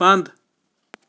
بنٛد